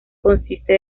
consiste